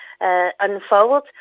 unfold